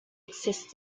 exists